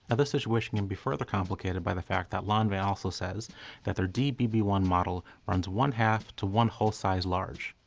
and this situation can be further complicated by the fact that lanvin also says that their d b b one model runs one half to one whole size large.